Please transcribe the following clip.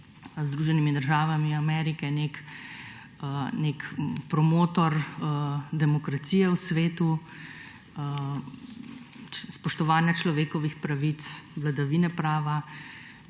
Združenimi državami Amerike nek promotor demokracije v svetu, spoštovanja človekovih pravic, vladavine prava,